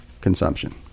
consumption